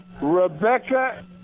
Rebecca